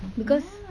because